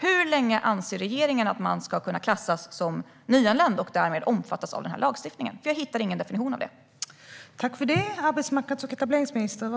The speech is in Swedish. Hur länge anser regeringen att människor ska kunna klassas som nyanlända och därmed omfattas av denna lagstiftning? Jag hittar ingen definition av detta.